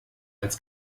als